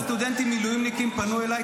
אתה יודע כמה סטודנטים מילואימניקים פנו אליי,